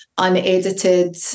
unedited